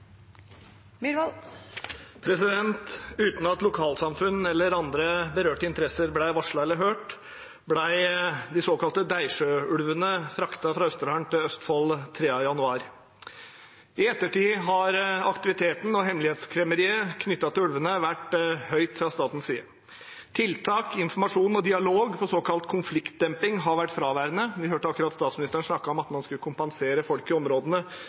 Uten at lokalsamfunn eller andre berørte interesser ble varslet eller hørt, ble de såkalte Deisjø-ulvene fraktet fra Østerdalen til Østfold 3. januar. I ettertid har aktiviteten og hemmelighetskremmeriet knyttet til ulvene vært høyt fra statens side. Tiltak, informasjon, dialog og såkalt konfliktdemping har vært fraværende. Vi hørte akkurat statsministeren snakke om at man skulle kompensere folk i områdene